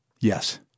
Yes